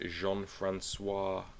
Jean-Francois